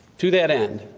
to that end,